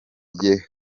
rye